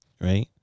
right